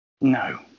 No